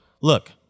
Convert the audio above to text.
Look